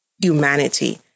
humanity